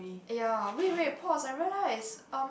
ya wait wait pause I realise um